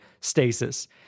stasis